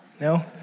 No